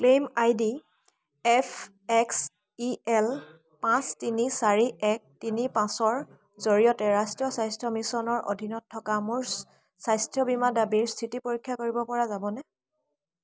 claim I D F X E L পাঁচ তিনি চাৰি এক তিনি পাঁচৰ জৰিয়তে ৰাষ্ট্ৰীয় স্বাস্থ্য মিছনৰ অধীনত থকা মোৰ স্বাস্থ্য বীমা দাবীৰ স্থিতি পৰীক্ষা কৰিবপৰা যাবনে